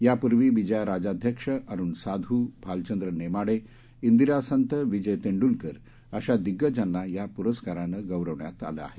यापूर्वी विजया राजाध्यक्ष अरूण साधू भालचंद्र नेमाडे ा् िरा संत विजय तेंडुलकर अशा दिग्गजाना या पुरस्काराने गौरवण्यात आलं आहे